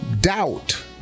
doubt